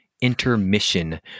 Intermission